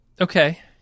Okay